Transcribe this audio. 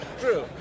True